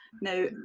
Now